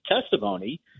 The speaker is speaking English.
testimony